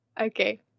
Okay